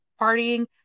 partying